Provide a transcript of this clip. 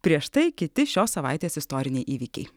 prieš tai kiti šios savaitės istoriniai įvykiai